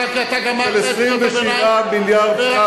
חבר הכנסת ברכה, אתה גמרת את קריאות הביניים?